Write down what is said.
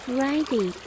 ready